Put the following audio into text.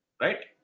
Right